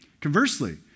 Conversely